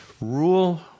Rule